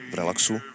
relaxu